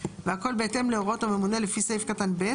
והכל בהתאם להוראות הממונה לפי סעיף קטן (ב),